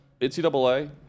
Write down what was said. NCAA